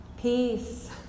Peace